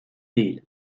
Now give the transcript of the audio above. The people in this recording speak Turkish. değil